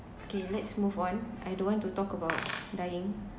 okay let's move on I don't want to talk about dying